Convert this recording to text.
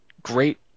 Great